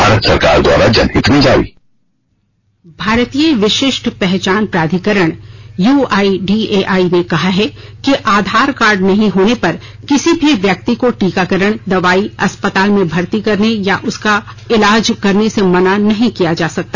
भारतीय विशिष्ट पहचान प्राधिकरण यूआईडीएआई ने कहा है कि आधार कार्ड नहीं होने पर किसी भी व्यक्ति को टीकाकरण दवाई अस्पताल में भर्ती करने या उसका इलाज करने से मना नहीं किया जा सकता